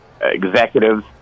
executives